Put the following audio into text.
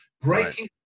breaking